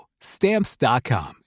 Stamps.com